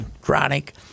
chronic